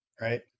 right